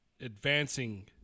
advancing